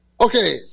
Okay